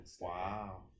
Wow